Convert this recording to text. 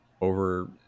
over